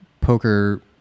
poker